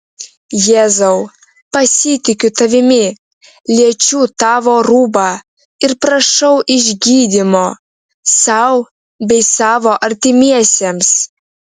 jėzau pasitikiu tavimi liečiu tavo rūbą ir prašau išgydymo sau bei savo artimiesiems